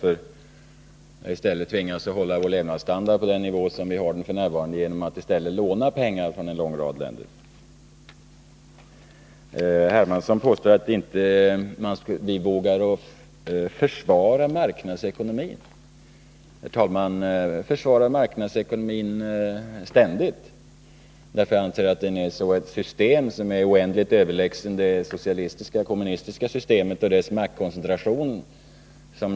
Vi tvingas upprätthålla vår levnadsstandard genom att i stället låna pengar från en lång rad andra länder. Herr Hermansson påstår att vi inte vågar försvara marknadsekonomin. Jag försvarar ständigt marknadsekonomin, därför att jag anser att den är ett system som är oändligt överlägset det socialistiska-kommunistiska systemet och dess maktkoncentration.